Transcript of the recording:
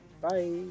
Bye